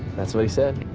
that's what he said.